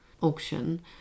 auction